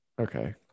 Okay